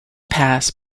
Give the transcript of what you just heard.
pass